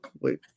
wait